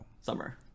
summer